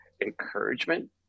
encouragement